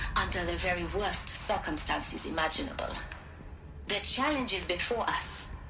under the very worst circumstances imaginable the challenges before us.